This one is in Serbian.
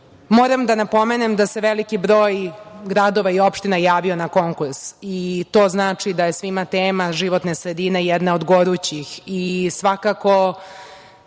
da napomenem da se veliki broj gradova i opština javio na konkurs i to znači da je svima tema životne sredine jedna od gorućih i svakako